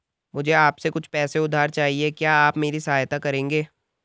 मुझे आपसे कुछ पैसे उधार चहिए, क्या आप मेरी सहायता करेंगे?